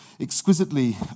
exquisitely